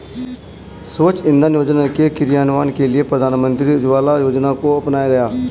स्वच्छ इंधन योजना के क्रियान्वयन के लिए प्रधानमंत्री उज्ज्वला योजना को अपनाया गया